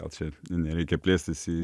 gal čia nereikia plėstis į